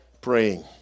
praying